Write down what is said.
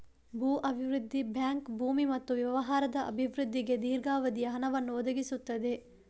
ಭೂ ಅಭಿವೃದ್ಧಿ ಬ್ಯಾಂಕ್ ಭೂಮಿ ಮತ್ತು ವ್ಯವಹಾರದ ಅಭಿವೃದ್ಧಿಗೆ ದೀರ್ಘಾವಧಿಯ ಹಣವನ್ನು ಒದಗಿಸುತ್ತದೆ